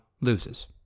loses